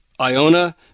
Iona –